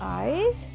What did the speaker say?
eyes